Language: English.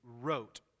wrote